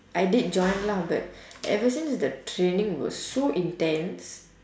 I did join lah but ever since the training was so intense